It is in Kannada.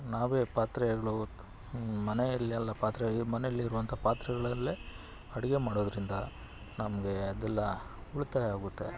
ನಾವೇ ಪಾತ್ರೆಗಳು ಮನೆಯಲ್ಲೆಲ್ಲ ಪಾತ್ರೆ ಮನೆಯಲ್ಲಿರುವಂಥ ಪಾತ್ರೆಗಳಲ್ಲೇ ಅಡುಗೆ ಮಾಡೋದರಿಂದ ನಮಗೆ ಅದೆಲ್ಲ ಉಳಿತಾಯ ಆಗುತ್ತೆ